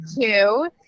two